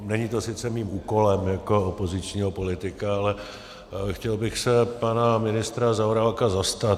Není to sice mým úkolem jako opozičního politika, ale chtěl bych se pana ministra Zaorálka zastat.